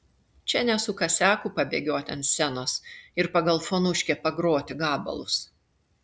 čia ne su kasiaku pabėgioti ant scenos ir pagal fonuškę pagroti gabalus